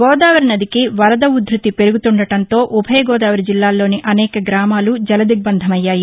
గోదావరి నదికి వరద ఉధ్బతి పెరుగుతుండడంతో ఉభయ గోదావరి జిల్లాలోని అనేక గ్రామాలు జలదిగ్బంధమ్యాయి